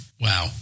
Wow